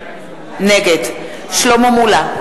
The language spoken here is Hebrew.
נגד שלמה מולה,